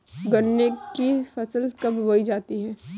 गन्ने की फसल कब बोई जाती है?